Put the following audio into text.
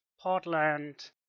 Portland